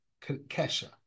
Kesha